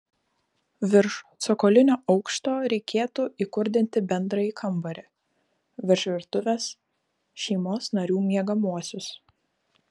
virš cokolinio aukšto reikėtų įkurdinti bendrąjį kambarį virš virtuvės šeimos narių miegamuosius